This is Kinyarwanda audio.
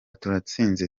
turatsinze